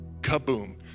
Kaboom